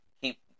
keep